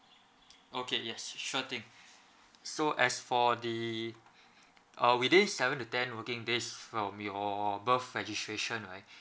okay yes sure thing so as for the uh within seven to ten working days from your birth registration right